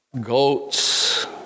goats